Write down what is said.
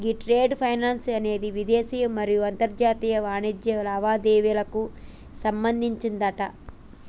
ఈ trade finance అనేది దేశీయ మరియు అంతర్జాతీయ వాణిజ్య లావాదేవీలకు సంబంధించిందట